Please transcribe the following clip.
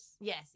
Yes